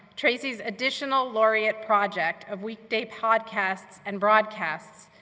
tracy's additional laureate project of weekday podcasts and broadcasts,